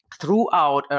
throughout